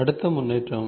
அடுத்த முன்னேற்றம்